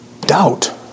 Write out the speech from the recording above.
Doubt